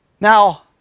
Now